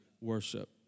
worship